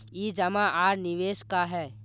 ई जमा आर निवेश का है?